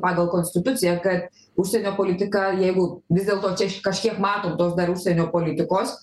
pagal konstituciją kad užsienio politika jeigu vis dėlto čia kažkiek matom tos dar užsienio politikos